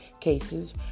cases